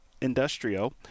industrial